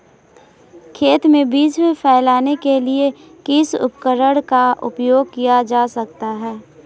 खेत में बीज फैलाने के लिए किस उपकरण का उपयोग किया जा सकता है?